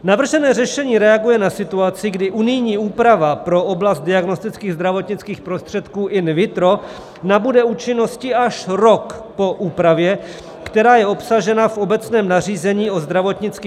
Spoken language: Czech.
Navržené řešení reaguje na situaci, kdy unijní úprava pro oblast diagnostických zdravotnických prostředků in vitro nabude účinnosti až rok po úpravě, která je obsažena v obecném nařízení o zdravotnických prostředcích